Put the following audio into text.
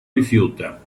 rifiuta